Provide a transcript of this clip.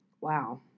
Wow